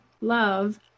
love